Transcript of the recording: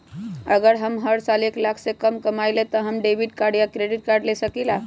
अगर हम हर साल एक लाख से कम कमावईले त का हम डेबिट कार्ड या क्रेडिट कार्ड ले सकीला?